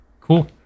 Cool